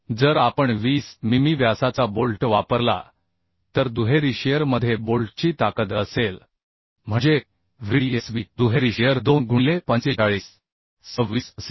तर जर आपण 20 मिमी व्यासाचा बोल्ट वापरला तर दुहेरी शिअर मध्ये बोल्टची ताकद असेल म्हणजे VDSB दुहेरी शिअर 2 गुणिले 45 असेल